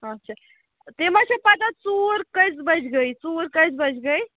اَچھا تۅہہِ ما چھَو پَتاہ ژوٗر کٔژِ بجہِ گٔے ژوٗر کٔژِ بجہِ گٔے